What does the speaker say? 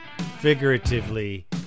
figuratively